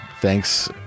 thanks